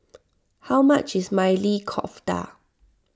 how much is Maili Kofta